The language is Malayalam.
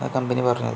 കമ്പനി പറഞ്ഞത്